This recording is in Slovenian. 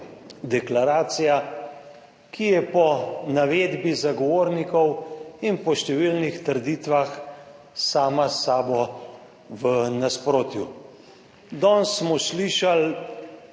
deklaracija, ki je po navedbi zagovornikov in po številnih trditvah sama s sabo v nasprotju.